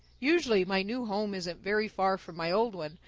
usually my new home isn't very far from my old one,